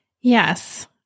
Yes